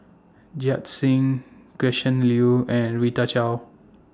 Singh Gretchen Liu and Rita Chao